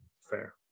fair